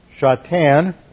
Shatan